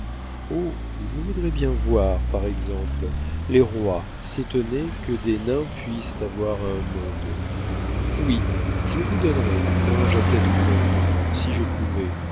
oh je voudrais bien voir par exemple les rois s'étonner que des nains puissent avoir un monde oui je vous donnerais anges à tête blonde si je pouvais